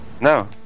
No